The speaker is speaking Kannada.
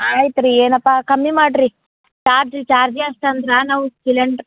ಆಯ್ತು ರೀ ಏನಪ್ಪ ಕಮ್ಮಿ ಮಾಡಿರಿ ಚಾರ್ಜ್ ಚಾರ್ಜ್ ಜಾಸ್ತಿ ಅಂದ್ರೆ ನಾವು ಸಿಲಿಂಡ್ರ್